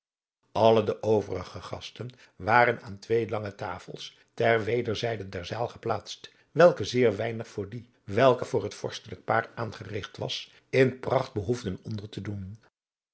alle de overige gasten waren aan twee lange tafels ter weder zijde der zaal geplaatst welke zeer weinig voor die welke voor het vorstelijk paar aangerigt was in pracht behoefden onder te doen